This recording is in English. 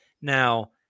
Now